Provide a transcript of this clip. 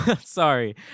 Sorry